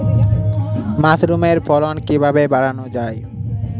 মাসরুমের ফলন কিভাবে বাড়ানো যায়?